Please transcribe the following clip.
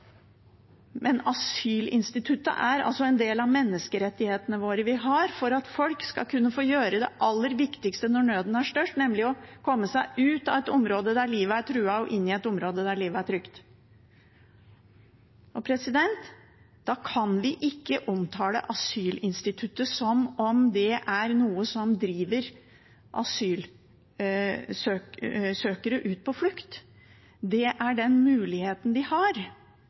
Men asylinstituttet er en del av menneskerettighetene våre, de rettighetene vi har for at folk skal kunne få gjøre det aller viktigste når nøden er størst, nemlig å komme seg ut av et område der livet er truet, og inn i et område der livet er trygt. Da kan vi ikke omtale asylinstituttet som om det er noe som driver asylsøkere ut på flukt. Det er den muligheten de har.